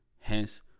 Hence